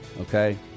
okay